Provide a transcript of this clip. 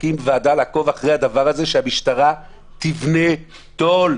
תקים ועדה לעקוב אחרי הדבר הזה שהמשטרה תבנה תו"ל,